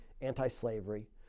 anti-slavery